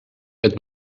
het